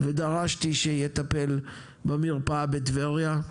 ודרשתי שיטפל במרפאה בטבריה.